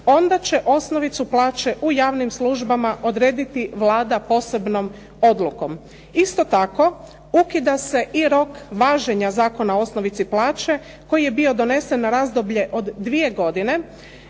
onda će osnovicu plaće u javnim službama odrediti Vlada posebnom odlukom. Isto tako ukida se i rok važenja Zakona o osnovici plaće koji je bio donesen na razdoblje od dvije godine,